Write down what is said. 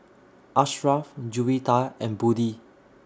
Ashraff Juwita and Budi